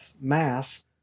mass